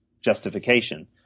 justification